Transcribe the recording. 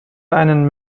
einen